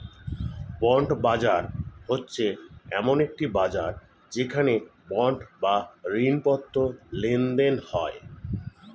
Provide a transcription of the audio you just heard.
bond বাজার হচ্ছে এমন একটি বাজার যেখানে বন্ড বা ঋণপত্র লেনদেন হয়